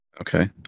Okay